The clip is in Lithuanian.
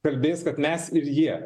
kalbės kad mes ir jie